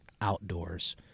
outdoors